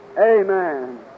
Amen